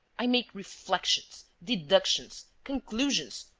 i make reflections, deductions, conclusions,